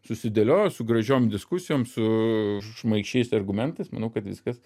susidėliojo su gražiom diskusijoms su šmaikščiais argumentais manau kad viskas